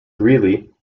greeley